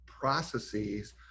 processes